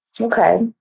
Okay